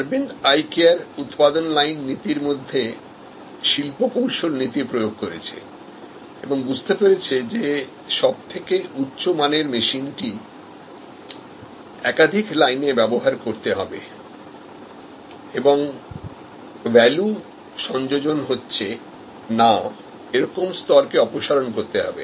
Aravind Eye Careউত্পাদন line নীতির মধ্যে শিল্প প্রকৌশল নীতিপ্রয়োগ করেছে এবং বুঝতে পেরেছে যে সবথেকে উচ্চ মানের মেশিনটি একাধিক লাইনে ব্যবহার করতে হবে এবং ভ্যালু সংযোজন হচ্ছে না এরকম স্তর কে অপসারণ করতে হবে